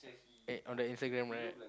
and on the Instagram right